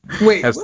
Wait